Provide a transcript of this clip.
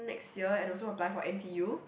next year and also apply for N_T_U